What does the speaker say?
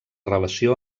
relació